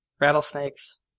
Rattlesnakes